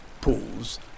pools